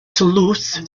toulouse